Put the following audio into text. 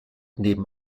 neben